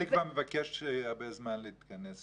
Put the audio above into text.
מלכיאלי כבר מבקש הרבה זמן להתכנס,